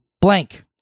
blank